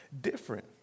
different